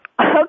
Okay